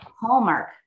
Hallmark